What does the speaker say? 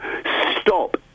stop